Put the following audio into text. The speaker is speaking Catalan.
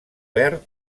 verd